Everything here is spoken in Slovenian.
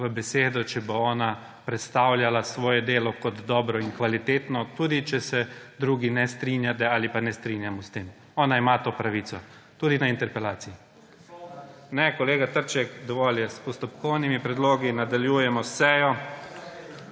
v besedo, če bo ona predstavljala svoje delo kot dobro in kvalitetno, tudi če se drugi ne strinjate ali ne strinjamo s tem. Ona ima to pravico tudi na interpelaciji …/ oglašanje iz dvorane/ Ne, kolega Trček, dovolj je s postopkovnimi predlogi. Nadaljujemo s sejo.